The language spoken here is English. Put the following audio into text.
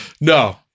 No